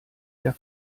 der